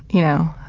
you know,